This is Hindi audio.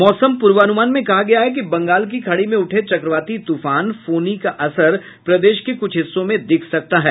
मौसम पूर्वानुमान में कहा गया है कि बंगाल की खाड़ी में उठे चक्रवाती तूफान फोनी का असर प्रदेश के कुछ हिस्सों में दिख सकता है